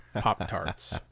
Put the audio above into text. Pop-Tarts